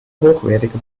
hochwertige